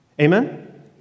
Amen